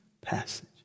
passage